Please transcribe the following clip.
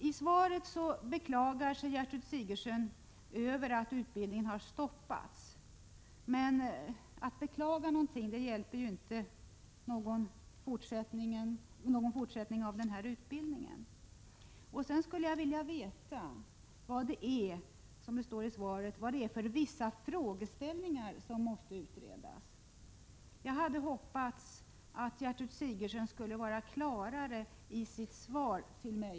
I sitt svar beklagar Gertrud Sigurdsen att utbildningen har stoppats, men att beklaga leder inte till någon fortsättning av utbildningen. Jag skulle vilja veta vad det är för ”vissa frågeställningar”, som det står i svaret, som måste utredas. Jag hade hoppats att Gertrud Sigurdsen skulle vara klarare i sitt svar i dag till mig.